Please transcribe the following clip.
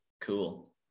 cool